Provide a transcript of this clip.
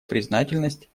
признательность